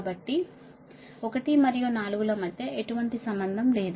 కాబట్టి 1 మరియు 4 ల మధ్య ఎటువంటి సంబంధం లేదు